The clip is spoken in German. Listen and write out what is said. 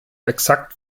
exakt